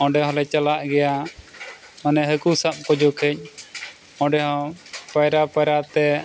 ᱚᱸᱰᱮ ᱦᱚᱸᱞᱮ ᱪᱟᱞᱟᱜ ᱜᱮᱭᱟ ᱢᱟᱱᱮ ᱦᱟᱹᱠᱩ ᱥᱟᱵ ᱠᱚ ᱡᱚᱠᱷᱮᱡ ᱚᱸᱰᱮ ᱦᱚᱸ ᱯᱟᱭᱨᱟ ᱯᱟᱭᱨᱟ ᱛᱮ